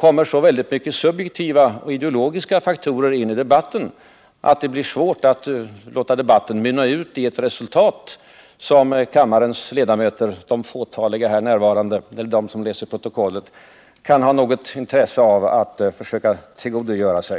kommer så många subjektiva och ideologiska faktorer in i debatten att det blir svårt att låta debatten mynna ut i ett resultat som kammarens ledamöter — det fåtal som är närvarande här och de som läser protokollet — kan ha något intresse av att tillgodogöra sig.